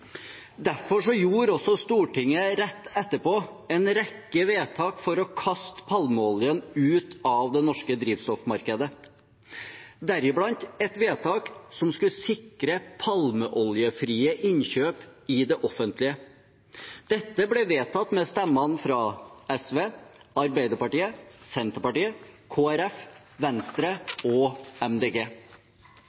Derfor gjorde også Stortinget rett etterpå en rekke vedtak for å kaste palmeoljen ut av det norske drivstoffmarkedet, deriblant et vedtak som skulle sikre palmeoljefrie innkjøp i det offentlige. Dette ble vedtatt med stemmene fra SV, Arbeiderpartiet, Senterpartiet, Kristelig Folkeparti, Venstre